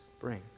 bring